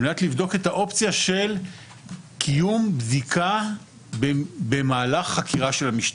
כדי לבדוק את האופציה של קיום בדיקה במהלך חקירה של המשטרה.